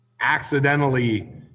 accidentally